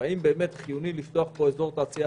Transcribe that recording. והאם באמת חיוני לפתוח פה אזור תעשייה